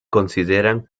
consideran